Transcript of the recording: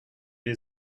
les